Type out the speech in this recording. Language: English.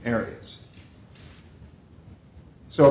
areas so